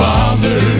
Father